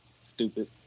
Stupid